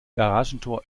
garagentor